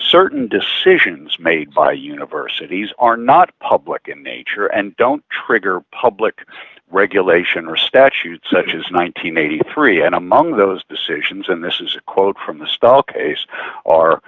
certain decisions made by universities are not public in nature and don't trigger public regulation or statute such as nine hundred and eighty three and among those decisions and this is a quote from the style case are